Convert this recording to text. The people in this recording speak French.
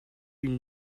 une